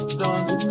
dance